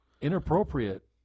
inappropriate